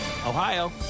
Ohio